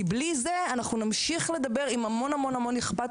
כי בלי זה אנחנו נמשיך לדבר עם המון אכפתיות,